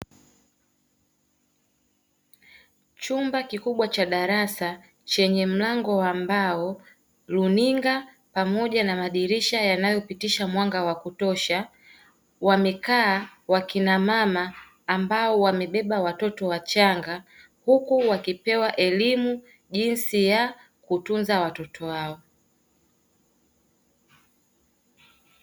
Chumba kikubwa cha darasa chenye mlango wa mbao runinga pamoja na madirisha yanayopitisha mwanga wa kutosha wamekaa wakina mama, ambao wamebeba watoto wachanga huku wakipewa elimu jinsi ya kutunza watoto wao.